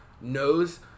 knows